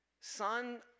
son